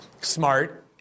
smart